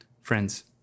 Friends